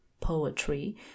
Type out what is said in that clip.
poetry